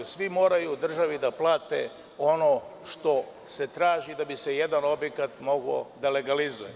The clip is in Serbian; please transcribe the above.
Svi moraju državi da plate ono što se traži da bi se jedan objekat legalizovao.